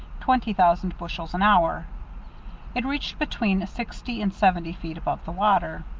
twenty thousand bushels an hour it reached between sixty and seventy feet above the water.